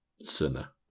Sinner